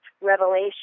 Revelation